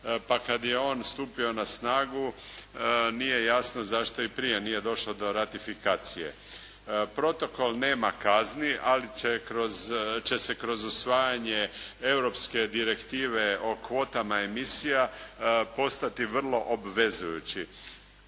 pa kad je on stupio na snagu nije jasno zašto i prije nije došlo do ratifikacije. Protokol nema kazni ali će se kroz usvajanje europske direktive o kvotama emisija postati vrlo obvezujući.